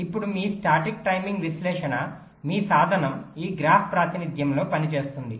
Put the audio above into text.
ఇప్పుడు మీ static timing విశ్లేషణ మీ సాధనం ఈ గ్రాఫ్ ప్రాతినిధ్యంలో పని చేస్తుంది